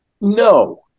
No